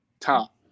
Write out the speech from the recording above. Top